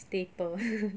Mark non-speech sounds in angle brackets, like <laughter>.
staple <noise>